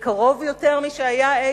ולמרות המשבר הקשה זה קרוב יותר משהיה אי-פעם.